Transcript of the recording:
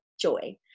joy